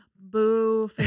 Boo